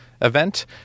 event